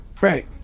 Right